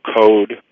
code